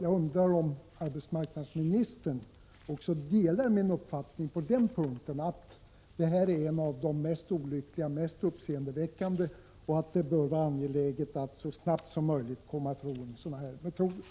Jag undrar om arbetsmarknadsministern har samma uppfattning som jag på den punkten, nämligen att den här metoden är en av de mest olyckliga och mest uppseendeväckande metoderna och att det bör vara angeläget att så snabbt som möjligt komma bort från sådana metoder.